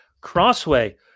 Crossway